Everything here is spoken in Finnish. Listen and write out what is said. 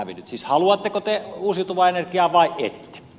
siis haluatteko te uusiutuvaa energiaa vai ette